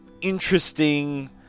interesting